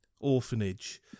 orphanage